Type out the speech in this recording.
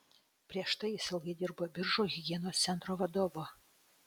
prieš tai jis ilgai dirbo biržų higienos centro vadovu